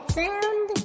sound